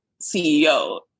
CEO